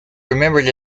remembered